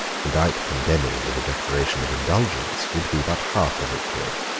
without condemning the declaration of indulgence, would be but half a victory.